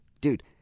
Dude